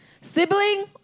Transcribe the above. Sibling